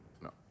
No